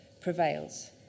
prevails